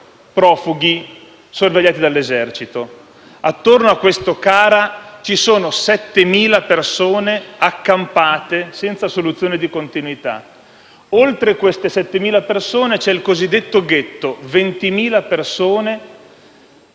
profughi sorvegliati dall'esercito. Attorno a questo CARA ci sono 7.000 persone accampate senza soluzione di continuità. Oltre queste 7.000 persone, c'è il cosiddetto ghetto: 20.000 persone